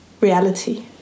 reality